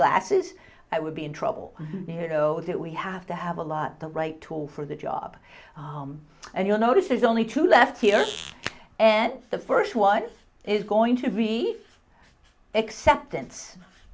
glasses i would be in trouble you know it we have to have a lot the right tool for the job and you'll notice there's only two left here and the first one is going to be acceptance